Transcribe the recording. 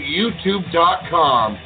YouTube.com